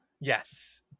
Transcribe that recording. yes